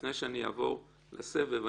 לפני שאני אעבור לסבב,